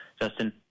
Justin